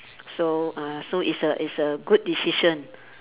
so uh so it's a it's a good decision